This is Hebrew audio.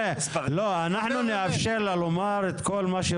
אנחנו נאפשר לה לומר את כל מה שהיא